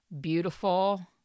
beautiful